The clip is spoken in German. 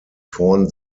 vorn